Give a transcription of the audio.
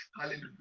Hallelujah